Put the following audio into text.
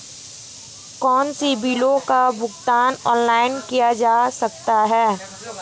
कौनसे बिलों का भुगतान ऑनलाइन किया जा सकता है?